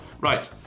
Right